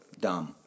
dumb